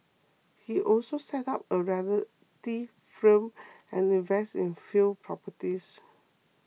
he also set up a realty firm and invested in a few properties